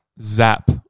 zap